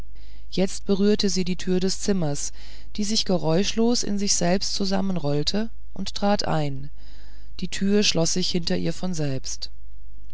jetzt berührte sie die tür des zimmers die sich geräuschlos in sich selbst zusammenrollte und trat ein die tür schloß sich hinter ihr von selbst